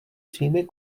svými